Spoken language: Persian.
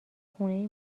خونه